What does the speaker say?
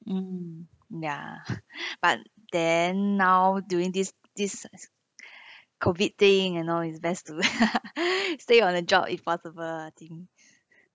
mm ya but then now during this this COVID thing you know it's best to stay on the job if possible I think